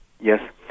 Yes